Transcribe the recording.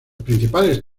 principales